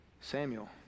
Samuel